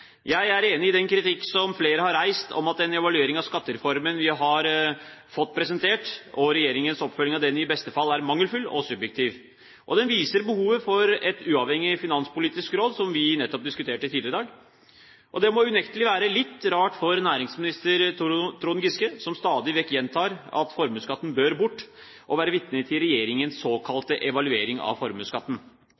Jeg er enig i den kritikk som flere har reist om at den evaluering av skattereformen vi har fått presentert, og regjeringens oppfølging av den, i beste fall er mangelfull og subjektiv. Den viser behovet for et uavhengig finanspolitisk råd, som vi nettopp diskuterte tidligere i dag. Det må unektelig være litt rart for næringsminister Trond Giske, som stadig vekk gjentar at formuesskatten bør bort, å være vitne til regjeringens